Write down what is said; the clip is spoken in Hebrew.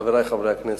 חברי חברי הכנסת,